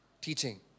teaching